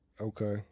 Okay